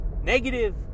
negative